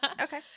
Okay